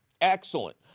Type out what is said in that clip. Excellent